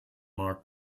mag